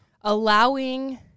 Allowing